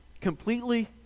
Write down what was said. completely